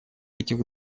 этих